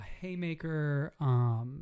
Haymaker